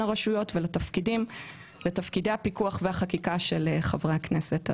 הרשויות ולתפקידי הפיקוח והחקיקה של חברי הכנסת.